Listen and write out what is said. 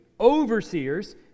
overseers